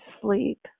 sleep